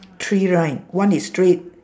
three right one is straight